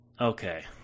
Okay